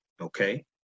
okay